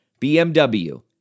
BMW